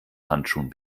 handschuhen